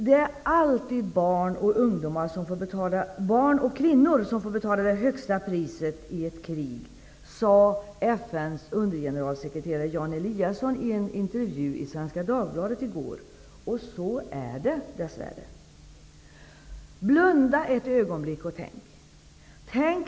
Det är alltid barn och kvinnor som får betala det högsta priset i ett krig, sade FN:s undergeneralsekreterare Jan Eliasson i en intervju i Svenska Dagbladet i går. Så är det, dessvärre. Blunda ett ögonblick och tänk!